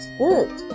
good